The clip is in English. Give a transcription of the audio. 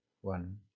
one